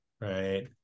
Right